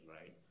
right